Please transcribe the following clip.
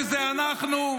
שאלה אנחנו.